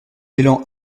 élan